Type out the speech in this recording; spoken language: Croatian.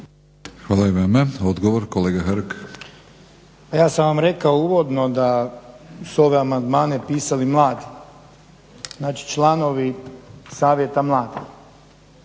Branko (HSS)** Pa ja sam vam rekao uvodno da su ove amandmane pisali mladi, znači članovi savjeta mladih.